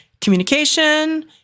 communication